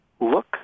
look